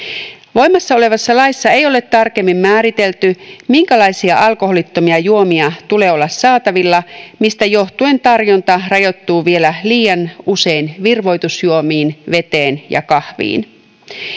voimassa olevassa laissa ei ole tarkemmin määritelty minkälaisia alkoholittomia juomia tulee olla saatavilla mistä johtuen tarjonta rajoittuu vielä liian usein virvoitusjuomiin veteen ja kahviin